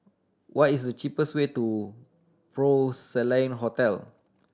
what is the cheapest way to Porcelain Hotel